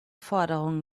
forderungen